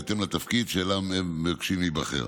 בהתאם לתפקיד שאליו הם מבקשים להיבחר.